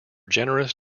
generous